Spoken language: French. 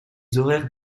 horaires